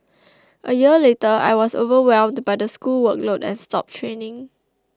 a year later I was overwhelmed by the school workload and stopped training